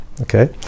okay